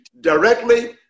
directly